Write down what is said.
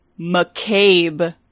McCabe-